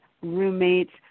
roommates